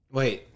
Wait